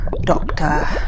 Doctor